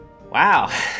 Wow